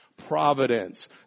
Providence